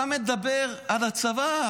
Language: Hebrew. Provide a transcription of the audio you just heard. אתה מדבר על הצבא,